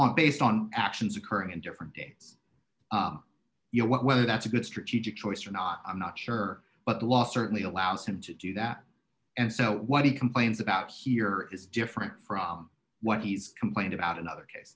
on based on actions occurring in different dates you know whether that's a good strategic choice or not i'm not sure but the law certainly allows him to do that and so what he complains about here is different from what he's complained about another case